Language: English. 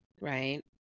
right